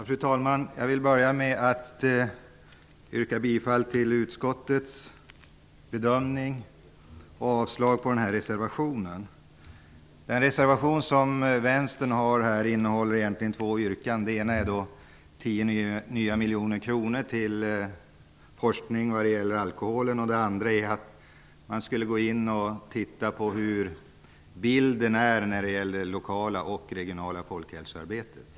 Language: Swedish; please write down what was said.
Fru talman! Jag vill börja med att yrka bifall till utskottets bedömning och avslag på reservationen. Den reservation som vänstern har gjort innehåller egentligen två yrkanden. Det ena gäller tio miljoner nya kronor till forskning om alkoholen, och det andra gäller att man skall gå in och titta på hur det lokala och det regionala folkhälsoarbetet ser ut.